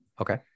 Okay